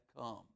come